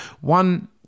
one